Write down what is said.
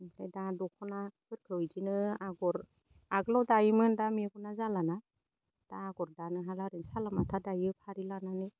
ओमफ्राय दा दखनाफोरखौ इदिनो आगर आगोलाव दायोमोन दा मेगना जालाना दा आगर दानो हाला आरो सालामाथा दायो फारि लानानै